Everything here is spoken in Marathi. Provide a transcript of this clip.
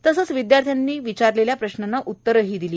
तसंच विद्याथ्र्यांनी विचारलेल्या प्रश्नांना उत्तरंही दिली